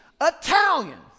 Italian